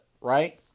right